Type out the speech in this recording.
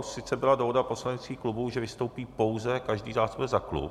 Sice byla dohoda poslaneckých klubů, že vystoupí pouze každý zástupce za klub.